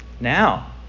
Now